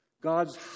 God's